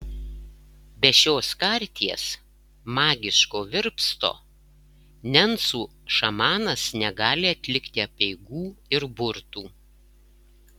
be šios karties magiško virpsto nencų šamanas negali atlikti apeigų ir burtų